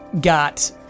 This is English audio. got